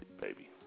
baby